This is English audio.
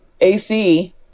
AC